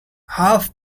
half